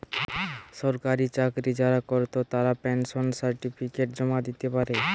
সরকারি চাকরি যারা কোরত তারা পেনশন সার্টিফিকেট জমা দিতে পারে